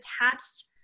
attached